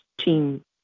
team